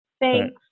Thanks